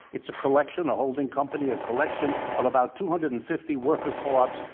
it's a collection, a holding company, a collection of about two hundred and fifty worker co-ops.